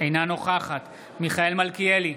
אינה נוכחת מיכאל מלכיאלי,